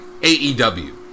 AEW